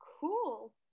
Cool